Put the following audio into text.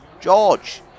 George